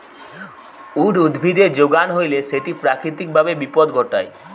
weed উদ্ভিদের যোগান হইলে সেটি প্রাকৃতিক ভাবে বিপদ ঘটায়